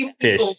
fish